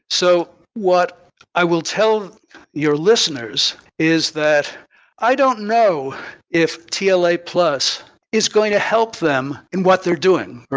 so what i will tell your listeners is that i don't know if tla plus is going to help them in what they're doing,